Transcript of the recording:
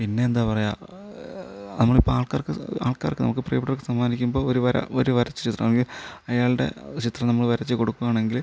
പിന്നെ എന്താ പറയുക നമ്മളിപ്പ ആൾക്കാർക്ക് ആൾക്കാർക്ക് നമുക്ക് പ്രീയപ്പെട്ടവർക്ക് സമ്മാനിക്കുമ്പം ഒരു വര ഒരു വരച്ചെടുക്കാൻ നമ്മള് ശ്രമിക്കും അയാളുടെ ചിത്രങ്ങൾ നമ്മൾ വരച്ച് കൊടുക്കുവാണെങ്കില്